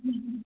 ह्म्म ह्म्म